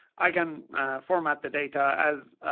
i can format the data as a